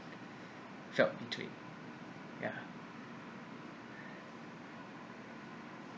felt betrayed yeah